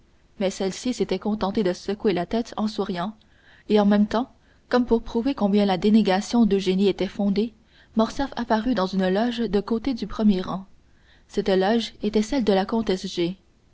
mais celle-ci s'était contentée de secouer la tête en souriant et en même temps comme pour prouver combien la dénégation d'eugénie était fondée morcerf apparut dans une loge de côté du premier rang cette loge était celle de la comtesse